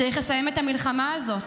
צריך לסיים את המלחמה הזאת.